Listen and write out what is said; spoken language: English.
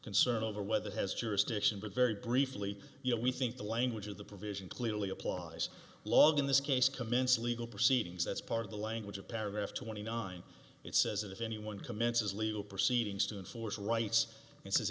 concern over whether it has jurisdiction but very briefly you know we think the language of the provision clearly applies log in this case commence legal proceedings that's part of the language of paragraph twenty nine it says if anyone commences legal proceedings to enforce rights and says